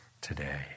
today